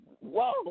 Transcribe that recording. whoa